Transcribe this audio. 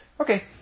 Okay